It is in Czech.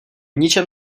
ničem